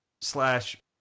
slash